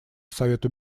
совету